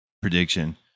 prediction